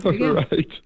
right